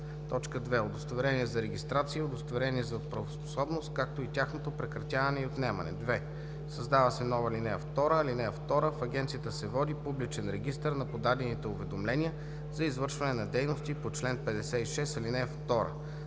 така: „2. удостоверения за регистрация и удостоверения за правоспособност, както и тяхното прекратяване и отнемане;“. 2. Създава се нова ал. 2: „(2) В агенцията се води публичен регистър на подадените уведомления за извършване на дейности по чл. 56, ал. 2.“